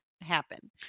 happen